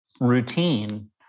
routine